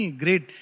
great